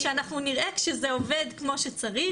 כשאנחנו נראה שזה עובד כמו שצריך,